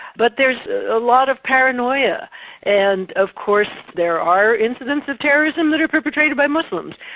but there's a lot of paranoia and of course there are incidents of terrorism that are perpetrated by muslims.